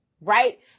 right